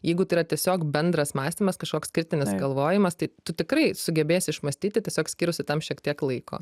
jeigu tai yra tiesiog bendras mąstymas kažkoks kritinis galvojimas tai tu tikrai sugebėsi išmąstyti tiesiog skyrusi tam šiek tiek laiko